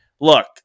look